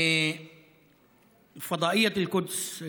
פדאיית אל-קודס,